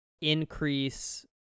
increase